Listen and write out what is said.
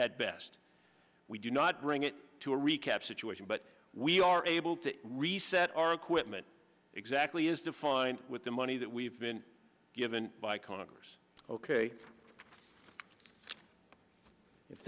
at best we do not bring it to a recap situation but we are able to reset our equipment exactly as defined with the money that we've been given by congress ok if